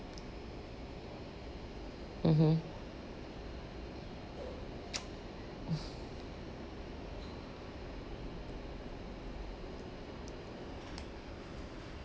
mmhmm